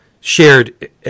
shared